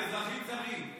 אזרחים זרים.